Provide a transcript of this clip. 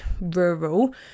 rural